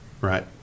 Right